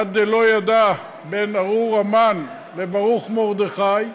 עד דלא ידע בין ארור המן לברוך מרדכי"